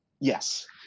Yes